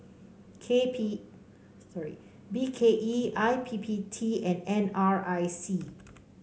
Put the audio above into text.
K P sorry B K E I P P T and N R I C